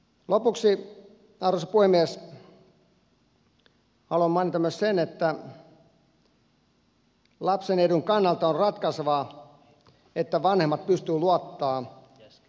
lopuksi arvoisa puhemies haluan mainita myös sen että lapsen edun kannalta on ratkaisevaa että vanhemmat pystyvät luottamaan työntekijän puolueettomuuteen